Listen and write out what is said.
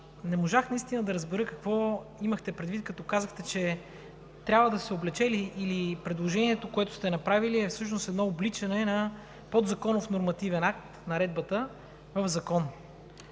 не можах наистина да разбера какво имахте предвид, като казахте, че трябва да се облече, или предложението, което сте направили, е всъщност едно обличане на подзаконов нормативен акт – наредбата в закон?!